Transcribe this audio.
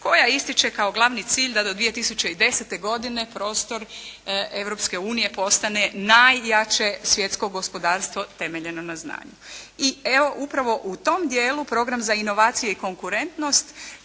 koja ističe kao glavni cilj da do 2010. godine prostor Europske unije postane najjače svjetsko gospodarstvo temeljeno na znanju. I evo, upravo u tom dijelu program za inovacije i konkurentnost,